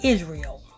Israel